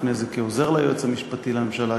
לפני זה כעוזר ליועץ המשפטי לממשלה,